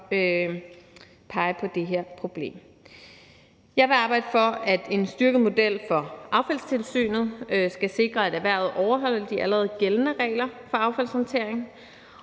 pege på det her problem. Jeg vil arbejde for, at en styrket model for affaldstilsynet skal sikre, at erhvervet overholder de allerede gældende regler for affaldshåndtering,